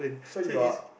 so you are